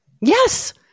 Yes